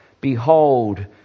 Behold